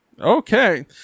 okay